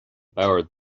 bord